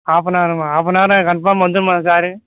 half an அவருங்களா half an அவர்ல confirm வந்துடுமா சாரு